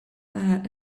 that